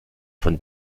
von